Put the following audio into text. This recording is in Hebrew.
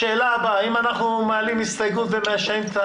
אם אנחנו מעלים הסתייגות ומאשרים,